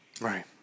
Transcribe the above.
Right